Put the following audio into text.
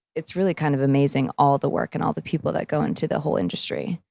it's really kind of amazing all the work and all the people that go into the whole industry.